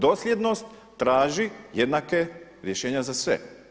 Dosljednost traži jednaka rješenja za sve.